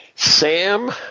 Sam